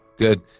Good